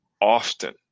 often